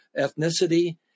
ethnicity